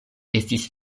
estis